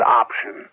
option